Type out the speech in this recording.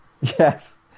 yes